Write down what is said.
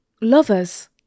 lovers